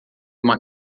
uma